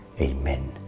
Amen